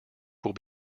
will